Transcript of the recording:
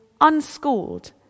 unschooled